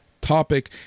topic